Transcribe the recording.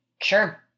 Sure